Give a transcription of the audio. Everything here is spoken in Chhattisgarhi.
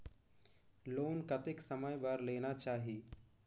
लोन कतेक समय बर लेना चाही?